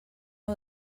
heu